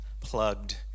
plugged